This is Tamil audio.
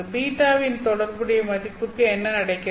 β இன் தொடர்புடைய மதிப்புக்கு என்ன நடக்கிறது